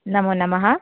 नमो नमः